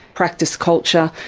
practice culture,